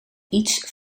iets